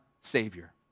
Savior